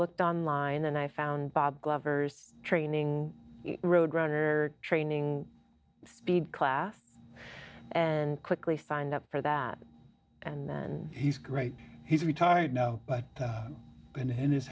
looked online and i found bob glover's training road runner training speed class and quickly signed up for that and then he's great he's retired now but in his